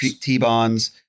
T-bonds